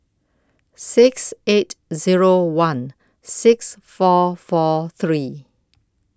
six eight Zero one six four four three